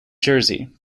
jersey